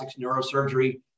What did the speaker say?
neurosurgery